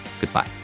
Goodbye